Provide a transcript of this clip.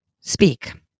speak